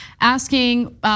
asking